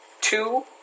Two